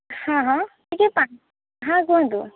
ହଁ ହଁ ଟିକେ ପା ହଁ କୁହନ୍ତୁ